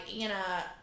Anna